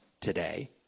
today